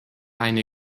eine